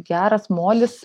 geras molis